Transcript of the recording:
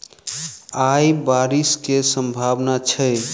आय बारिश केँ सम्भावना छै?